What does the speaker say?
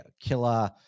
killer